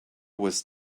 was